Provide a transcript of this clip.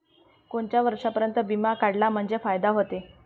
कोनच्या वर्षापर्यंत बिमा काढला म्हंजे फायदा व्हते?